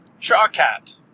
Shawcat